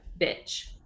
bitch